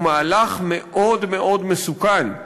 הוא מהלך מאוד מאוד מסוכן,